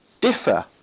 differ